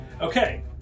Okay